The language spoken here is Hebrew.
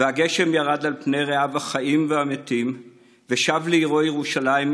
וגשם ירד על פני רעיו החיים והמתים / ושב לעירו ירושלים,